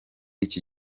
iki